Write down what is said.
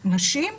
נשים,